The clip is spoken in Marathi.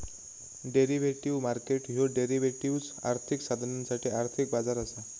डेरिव्हेटिव्ह मार्केट ह्यो डेरिव्हेटिव्ह्ज, आर्थिक साधनांसाठी आर्थिक बाजार असा